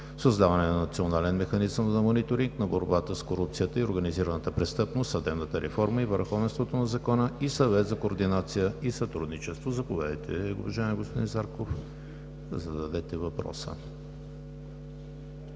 създаване на Национален механизъм за мониторинг на борбата с корупцията и организираната престъпност, съдебната реформа и върховенството на закона и Съвет за координация и сътрудничество. Заповядайте, уважаеми господин Зарков, да зададете въпроса.